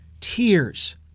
Tears